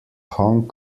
hong